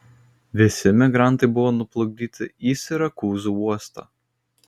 visi migrantai buvo nuplukdyti į sirakūzų uostą